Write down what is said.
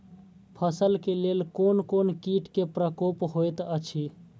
फसल के लेल कोन कोन किट के प्रकोप होयत अछि?